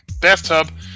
bathtub